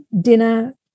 dinner